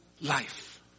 life